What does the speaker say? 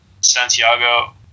Santiago